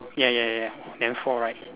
ya ya ya then four right